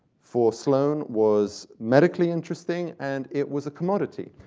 for sloane, was medically interesting, and it was a commodity.